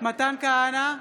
מתן כהנא,